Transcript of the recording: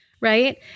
Right